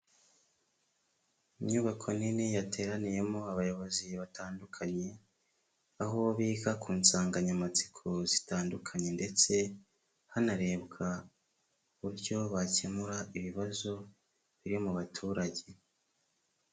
Inyubako nini yateraniyemo abayobozi batandukanye, aho biga ku nsanganyamatsiko zitandukanye ndetse hanarebwa uburyo bakemura ibibazo biri mu baturage.